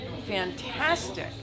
Fantastic